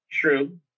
True